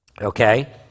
Okay